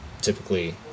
typically